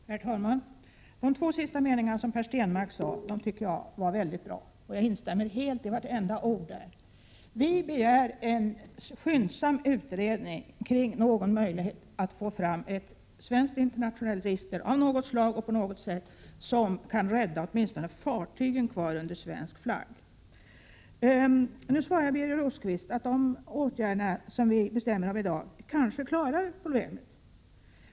Herr talman! De två sista meningarna i Per Stenmarcks inlägg nyss tycker jag var väldigt bra, och jag instämmer helt i vartenda ord där. Vi begär en skyndsam utredning om möjligheten att få fram ett svenskt internationellt register av något slag, som kan rädda åtminstone fartygen kvar under svensk flagg. Birger Rosqvist svarar att de åtgärder som vi skall besluta om i dag kanske klarar problemet.